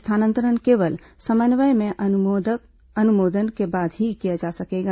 स्थानांतरण केवल समन्वय में अनुमोदन के बाद ही किया जा सकेगा